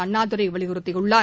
அண்ணாதுரை வலியுறுத்தியுள்ளார்